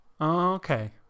Okay